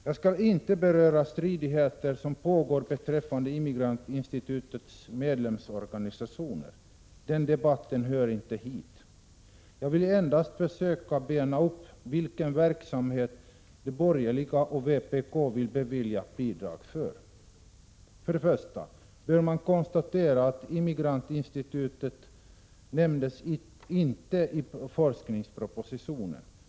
Jag skall inte beröra stridigheter som pågår beträffande Immigrantinstitutets medlemsorganisationer. Den debatten hör inte hit. Jag skall endast försöka bena upp vilken verksamhet de borgerliga och vpk vill bevilja bidrag till. 125 För det första bör man konstatera att Immigrantinstitutet inte nämndes i forskningspropositionen.